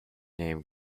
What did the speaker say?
name